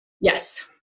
Yes